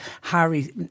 Harry